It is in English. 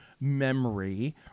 memory